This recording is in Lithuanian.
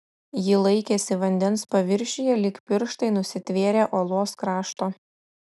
ji laikėsi vandens paviršiuje lyg pirštai nusitvėrę uolos krašto